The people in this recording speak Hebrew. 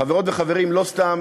חברות וחברים, לא סתם